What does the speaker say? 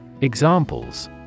Examples